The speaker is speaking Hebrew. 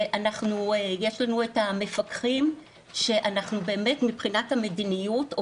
יש לנו את המפקחים שבאמת מבחינת המדיניות אנחנו